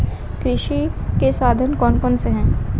कृषि के साधन कौन कौन से हैं?